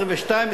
22,